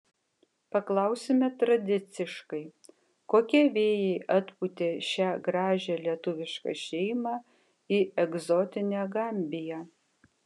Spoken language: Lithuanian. paklausime tradiciškai kokie vėjai atpūtė šią gražią lietuvišką šeimą į egzotinę gambiją